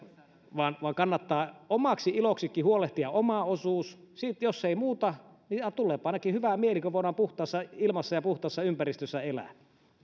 vaan kannattaa omaksi iloksikin huolehtia oma osuus jos ei muuta niin tuleepa ainakin hyvä mieli kun voidaan puhtaassa ilmassa ja puhtaassa ympäristössä elää